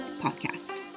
podcast